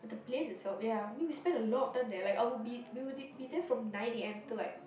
but the place itself ya I mean we spend a lot of time there like I will be we will be be there from nine A_M to like